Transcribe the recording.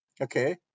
Okay